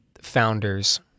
founders